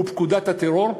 שהוא פקודת מניעת טרור,